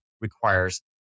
requires